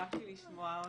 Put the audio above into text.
התרגשתי לשמוע.